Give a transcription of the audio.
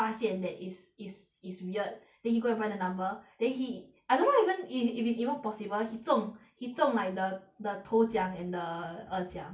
发现 that is is is weird then he go and buy the number then he I don't know even if if it is even possible he 中 he 中 like the the 头奖 and the 二奖